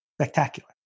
spectacular